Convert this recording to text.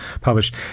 published